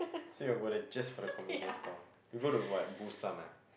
so you will go there just for the convenience store you go to where Busan ah